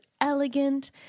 elegant